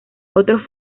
otros